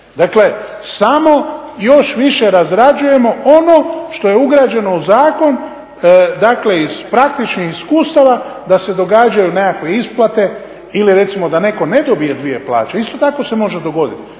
Dakle samo još više razrađujemo ono što je ugrađeno u zakon, dakle iz praktičkih iskustava da se događaju nekakve isplate ili recimo da netko ne dobije dvije plaće isto tako se može dogoditi,